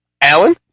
Alan